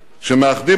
שמאחדים אותנו,